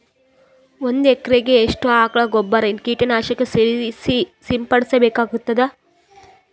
ಒಂದು ಎಕರೆಗೆ ಎಷ್ಟು ಆಕಳ ಗೊಬ್ಬರ ಕೀಟನಾಶಕ ಸೇರಿಸಿ ಸಿಂಪಡಸಬೇಕಾಗತದಾ?